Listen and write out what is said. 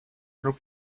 looks